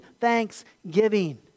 thanksgiving